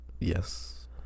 Yes